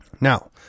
Now